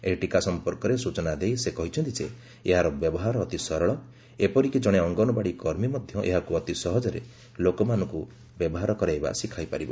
ଏହି ଟୀକା ସମ୍ପର୍କରେ ସୂଚନା ଦେଇ ସେ କହିଛନ୍ତି ଯେ ଏହାର ବ୍ୟବହାର ଅତି ସରଳ ଏପରିକି ଜଣେ ଅଙ୍ଗନବାଡ଼ି କର୍ମୀ ମଧ୍ୟ ଏହାକୁ ଅତି ସହଜରେ ଲୋକମାନଙ୍କୁ ବ୍ୟବହାର ଶିଖାଇ ପାରିବ